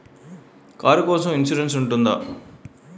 Car కోసం insurance ఉంటుందా?